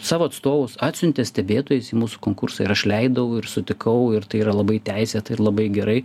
savo atstovus atsiuntė stebėtojus į mūsų konkursą ir aš leidau ir sutikau ir tai yra labai teisėta ir labai gerai